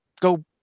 go